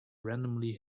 randomly